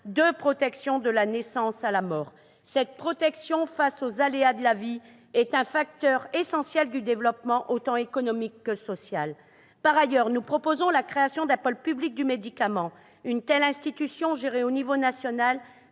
de protection, de la naissance à la mort. Cette assistance face aux aléas de la vie est un facteur essentiel du développement économique et social. Par ailleurs, nous proposons la création d'un pôle public du médicament. Une telle institution, gérée au niveau national,